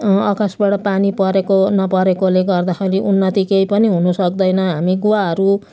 अकासबाट पानी परेको नपरेकोले गर्दाखेरि उन्नति केही पनि हुनसक्दैन हामी गुवाहरू